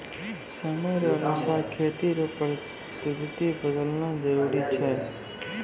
समय रो अनुसार खेती रो पद्धति बदलना जरुरी छै